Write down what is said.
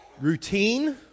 routine